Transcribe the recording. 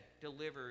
delivered